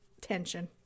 tension